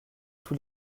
tous